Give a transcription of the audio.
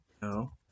No